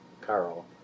Carl